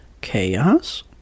chaos